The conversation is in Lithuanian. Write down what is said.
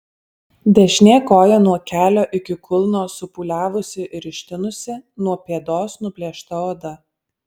dešinė koja nuo kelio iki kulno supūliavusi ir ištinusi nuo pėdos nuplėšta oda